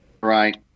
Right